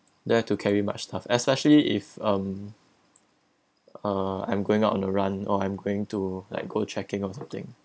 there to carry much tough especially if um uh I'm going out on the run or I'm going to like go checking or something